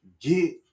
Get